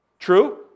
True